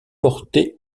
porter